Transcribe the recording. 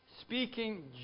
speaking